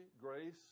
grace